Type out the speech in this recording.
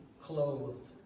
clothed